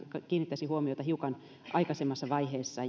kiinnittäisin huomiota hiukan aikaisemmassa vaiheessa